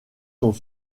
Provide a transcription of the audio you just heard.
sont